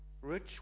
Rich